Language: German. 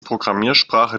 programmiersprache